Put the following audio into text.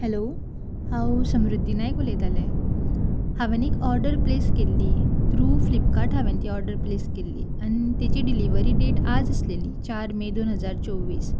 hello हांव समृद्दी नायक उलयतालें हांवें एक ऑर्डर प्लेस केल्ली थ्रू फ्लिपकार्ट हांवें ती ऑर्डर प्लेस केल्ली आनी ताची डिलिव्हरी डेट आज आसलेली चार मे दोन हजार चोवीस